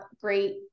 great